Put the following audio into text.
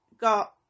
got